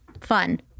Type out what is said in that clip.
fun